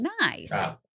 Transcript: Nice